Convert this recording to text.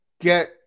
get